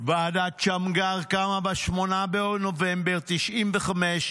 --- ועדת שמגר קמה ב-8 בנובמבר 1995,